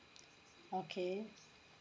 okay